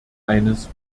eines